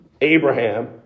Abraham